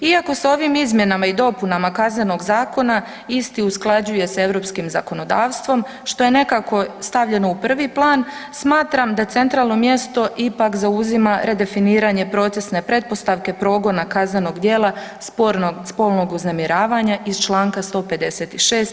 Iako se ovim izmjenama i dopuna KZ-a isti usklađuje sa europskim zakonodavstvom što je nekako stavljeno u prvi plan, smatram da centralno mjesto ipak zauzima redefiniranje procesne pretpostavke progona kaznenog djela spolnog uznemiravanja iz čl. 156.